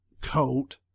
coat